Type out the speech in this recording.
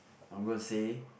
I'm gonna say